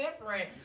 different